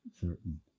certain